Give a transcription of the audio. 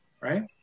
right